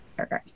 Okay